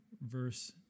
Verse